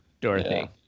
Dorothy